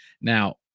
now